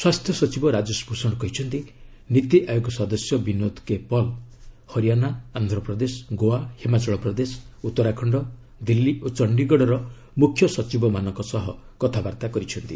ସ୍ୱାସ୍ଥ୍ୟ ସଚିବ ରାଜେଶ ଭୂଷଣ କହିଛନ୍ତି ନୀତି ଆୟୋଗ ସଦସ୍ୟ ବିନୋଦ କେ ପଲ୍ ହରିଆନା ଆନ୍ଧ୍ରପ୍ରଦେଶ ଗୋଆ ହିମାଚଳ ପ୍ରଦେଶ ଉତ୍ତରାଖଣ୍ଡ ଦିଲ୍ଲୀ ଓ ଚଣ୍ଡିଗଡ଼ର ମୁଖ୍ୟ ସଚିବମାନଙ୍କ ସହ କଥାବାର୍ତ୍ତା କରିଛନ୍ତି